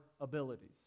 abilities